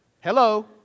Hello